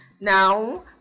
now